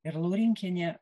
ir laurinkienė